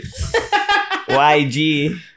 YG